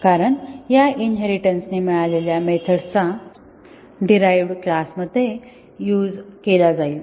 कारण या इनहेरिटेन्सने मिळालेल्या मेथड्सचा डीरहाईवड क्लास मध्ये युझ केला जाईल